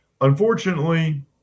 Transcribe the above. Unfortunately